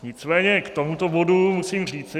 Nicméně k tomuto bodu musím říci...